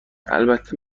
البته